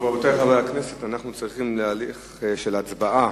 רבותי חברי הכנסת, אנו צריכים להליך של הצבעה.